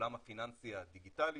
העולם הפיננסי הדיגיטלי